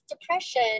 depression